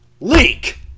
leak